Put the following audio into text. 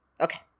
Okay